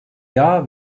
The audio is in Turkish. yağ